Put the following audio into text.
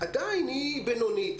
עדיין היא בינונית.